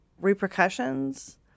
repercussions